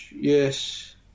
yes